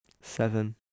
seven